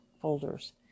folders